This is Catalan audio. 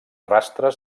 rastres